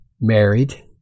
married